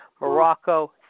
Morocco